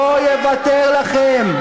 לא יוותר לכם.